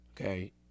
okay